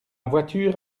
voiture